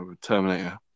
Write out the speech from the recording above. Terminator